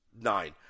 nine